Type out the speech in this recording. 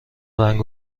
رنگ